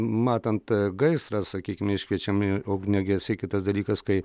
matant gaisrą sakykim iškviečiami ugniagesiai kitas dalykas kai